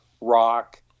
rock